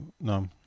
no